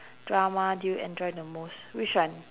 drama do you enjoy the most which one